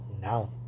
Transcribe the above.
Now